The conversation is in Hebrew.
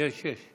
יש, יש.